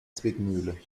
zwickmühle